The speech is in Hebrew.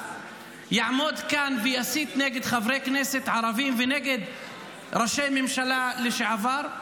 יעמוד כאן ויסית נגד חברי כנסת ערבים ונגד ראשי ממשלה לשעבר?